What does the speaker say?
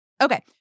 Okay